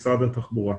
משרד התחבורה.